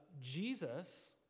Jesus